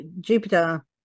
Jupiter